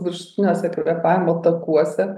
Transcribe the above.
viršutiniuose kvėpavimo takuose